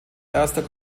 erster